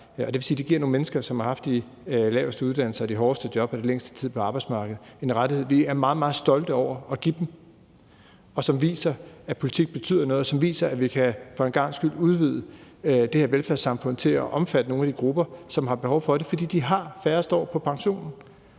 det vil sige, at det giver nogle mennesker, som har haft de laveste uddannelser og de hårdeste job eller den længste tid på arbejdsmarkedet, en rettighed, som vi er meget, meget stolte over at give dem, og som viser, at politik betyder noget, og som viser, at vi for en gangs skyld kan udvide det her velfærdssamfund til at omfatte nogle af de grupper, som har behov for det, fordi de har færrest år på pensionen,